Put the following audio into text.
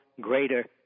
greater